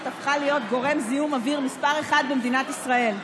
הפכה להיות גורם זיהום אוויר מס' אחת במדינת ישראל,